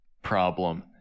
problem